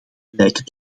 lijken